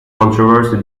controversy